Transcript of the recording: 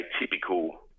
typical